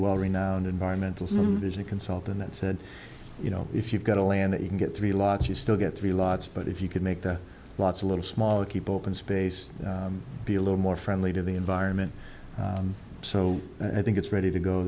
well renowned environmental consultant that said you know if you've got a land that you can get three lots you still get three lots but if you can make that lots a little smaller keep open space be a little more friendly to the environment so i think it's ready to go